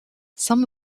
some